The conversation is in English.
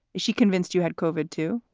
she convinced you had covered, too?